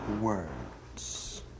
words